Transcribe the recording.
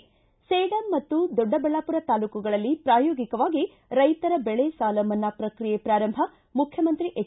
ಿ ಸೇಡಂ ಮತ್ತು ದೊಡ್ಡಬಳ್ಳಾಪುರ ತಾಲ್ಲೂಕುಗಳಲ್ಲಿ ಪ್ರಾಯೋಗಿಕವಾಗಿ ರೈತರ ಬೆಳೆ ಸಾಲ ಮನ್ನಾ ಪ್ರಕ್ರಿಯೆ ಪ್ರಾರಂಭ ಮುಖ್ಯಮಂತ್ರಿ ಎಚ್